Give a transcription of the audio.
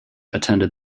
attended